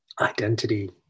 identity